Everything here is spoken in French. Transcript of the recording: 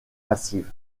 passive